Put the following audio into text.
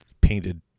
painted